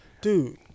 dude